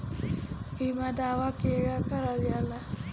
बीमा दावा केगा करल जाला?